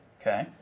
Okay